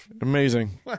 Amazing